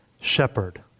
Shepherd